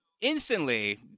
instantly